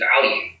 value